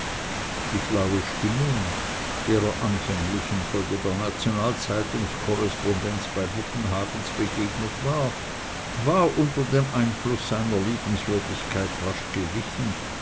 die flaue stimmung der er anfänglich in folge der nationalzeitungs korrespondenz bei buggenhagens begegnet war war unter dem einfluß seiner liebenswürdigkeit rasch gewichen